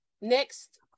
next